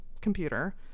computer